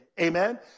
amen